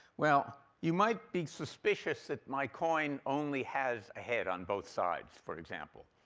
well, you might be suspicious that my coin only has a head on both sides, for example.